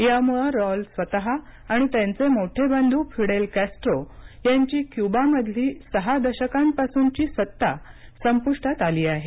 यामुळे रॉल स्वतः आणि त्यांचे मोठे बधू फिडेल कॅस्ट्रो यांची क्युबामधली सहा दशकांपासूनची सत्ता संपुष्टात आली आहे